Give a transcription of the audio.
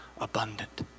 abundant